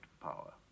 power